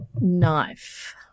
knife